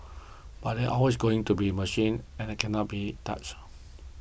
but there's always going to be machines and that can not be touched